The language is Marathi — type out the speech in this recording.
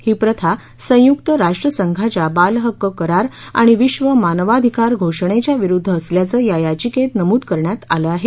ही प्रथा संयुक्त राष्ट्रसंघाच्या बालहक्क करार आणि विश्व मानवाधिकार घोषणेच्या विरूद्ध असल्याचं या याचिकेत नमूद करण्यात आलं आहे